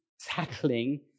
tackling